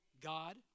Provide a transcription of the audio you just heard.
God